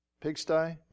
Pigsty